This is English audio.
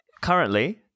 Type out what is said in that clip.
currently